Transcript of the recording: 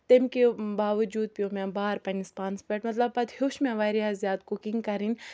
تمہِ کہِ باوجوٗد پیو مےٚ بار پنٛنِس پانَس پٮ۪ٹھ مطلب پَتہٕ ہیوٚچھ مےٚ واریاہ زیادٕ کُکِنٛگ کَرٕنۍ